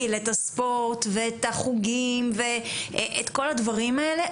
את הספורט ואת החוגים ואת כל הדברים האלה,